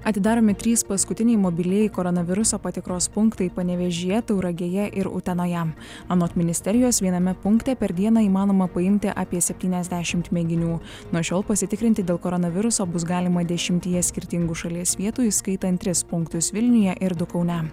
atidaromi trys paskutiniai mobilieji koronaviruso patikros punktai panevėžyje tauragėje ir utenoje anot ministerijos viename punkte per dieną įmanoma paimti apie septyniasdešimt mėginių nuo šiol pasitikrinti dėl koronaviruso bus galima dešimtyje skirtingų šalies vietų įskaitant tris punktus vilniuje ir kaune